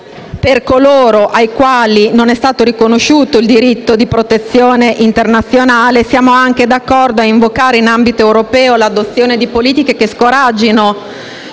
per coloro ai quali non è stato riconosciuto il diritto di protezione internazionale, e come pure sulla necessità di invocare, in ambito europeo, l'adozione di politiche che scoraggino